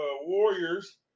Warriors